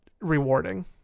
rewarding